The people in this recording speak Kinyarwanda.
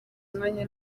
umwanya